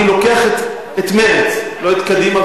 אני לוקח את מרצ, לא את קדימה